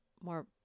more